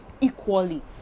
equally